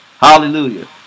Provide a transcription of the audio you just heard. Hallelujah